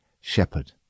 shepherd